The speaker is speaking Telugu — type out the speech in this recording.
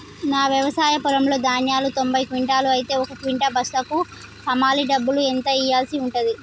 నా వ్యవసాయ పొలంలో ధాన్యాలు తొంభై క్వింటాలు అయితే ఒక క్వింటా బస్తాకు హమాలీ డబ్బులు ఎంత ఇయ్యాల్సి ఉంటది?